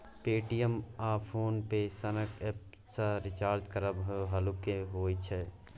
Paytm आ PhonePe सनक app सँ रिचार्ज करबा मे हल्लुक होइ छै